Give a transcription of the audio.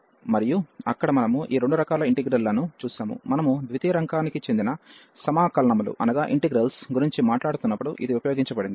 మరియు అక్కడ మనము ఈ రెండు రకాల ఇంటిగ్రల్ లను చూశాము మనము ద్వితీయ రకానికి చెందిన ఇంటిగ్రల్ ల గురించి మాట్లాడుతున్నప్పుడు ఇది ఉపయోగించబడింది